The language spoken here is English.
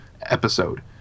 episode